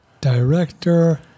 Director